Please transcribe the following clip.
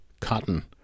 cotton